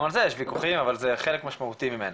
גם על זה יש ויכוחים, אבל זה חלק משמעותי ממנה.